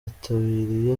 bitabiriye